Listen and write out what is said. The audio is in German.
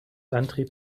antrieb